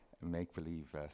make-believe